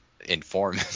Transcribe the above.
inform